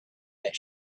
that